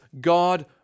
God